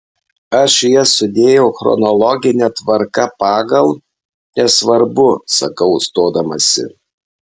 aš jas sudėjau chronologine tvarka pagal nesvarbu sakau stodamasi